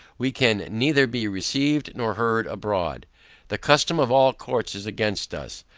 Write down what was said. we can neither be received nor heard abroad the custom of all courts is against us,